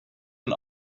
and